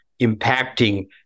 impacting